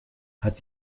hat